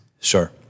Sure